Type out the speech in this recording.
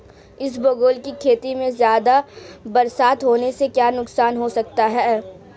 इसबगोल की खेती में ज़्यादा बरसात होने से क्या नुकसान हो सकता है?